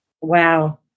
Wow